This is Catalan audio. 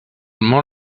món